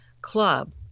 club